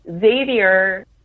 Xavier